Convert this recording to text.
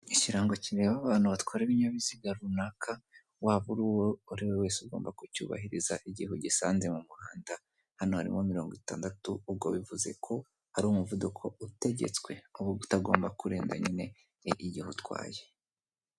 Ikirango kireba abantu batwara ibinyabiziga runaka, waba uri uwariwe wese uba ugomba kucyubahiriza igihe ugisanze mu muhanda, hano harimo mirongo itandatu, ubwo bivuze ko hari umuvuduko utegetswe uba utagomba kurenga nyine n'igihe utwaye.